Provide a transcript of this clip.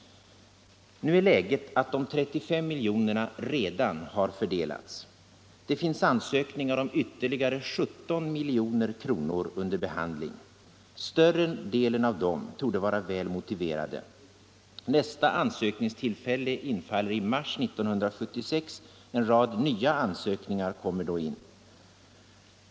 Nu är läget det att de 35 miljonerna redan har fördelats. Det finns ansökningar om ytterligare 17 milj.kr. under behandling. Större delen av dem torde vara väl motiverade. Nästa ansökningstillfälle infaller i mars 1976. En rad nya ansökningar kommer då in.